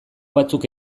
batzuk